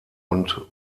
und